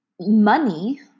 money